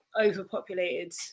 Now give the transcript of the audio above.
overpopulated